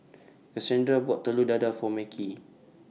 Kasandra bought Telur Dadah For Macey